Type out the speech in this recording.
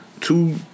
Two